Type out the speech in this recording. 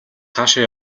хаашаа